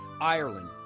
Ireland